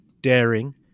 daring